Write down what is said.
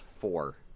four